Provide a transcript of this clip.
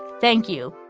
thank you'.